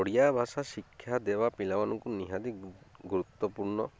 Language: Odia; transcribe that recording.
ଓଡ଼ିଆ ଭାଷା ଶିକ୍ଷା ଦେବା ପିଲାମାନଙ୍କୁ ନିହାତି ଗୁରୁତ୍ୱପୂର୍ଣ୍ଣ